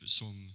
som